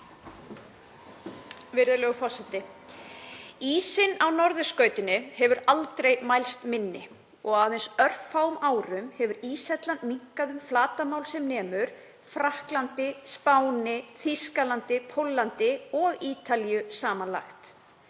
Ísinn á norðurskautinu hefur aldrei mælst minni og á aðeins örfáum árum hefur íshellan minnkað um flatarmál sem nemur Frakklandi, Spáni, Þýskalandi, Póllandi og Ítalíu samanlagt.